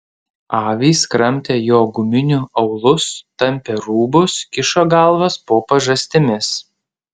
avys kramtė jo guminių aulus tampė rūbus kišo galvas po pažastimis